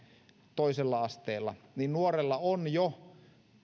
toisella asteella nuorella on jo